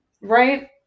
Right